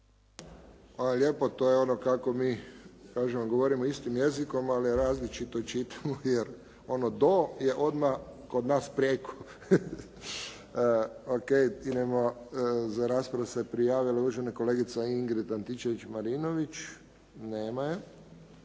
lijepo. To je ono kako mi kažemo govorimo istim jezikom, ali različito čitamo, jer ono do je odmah kod nas preko. O.k. Idemo za raspravu se prijavila uvažena kolegica Ingrid Antičević-Marinović. Nema je.